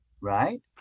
right